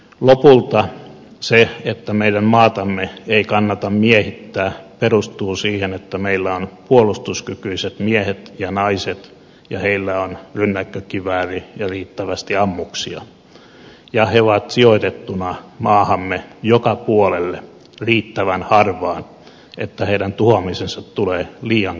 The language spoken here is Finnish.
lopulta se että meidän maatamme ei kannata miehittää perustuu siihen että meillä on puolustuskykyiset miehet ja naiset ja heillä on rynnäkkökivääri ja riittävästi ammuksia ja he ovat sijoitettuna maahamme joka puolelle riittävän harvaan niin että heidän tuhoa misensa tulee liian kalliiksi